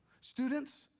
Students